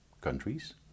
countries